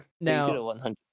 Now